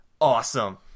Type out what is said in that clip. awesome